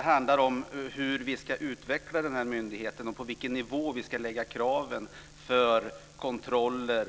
Här handlar det om hur vi ska utveckla myndigheten och på vilken nivå vi ska lägga kraven för kontroller